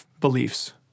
beliefs